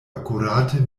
akurate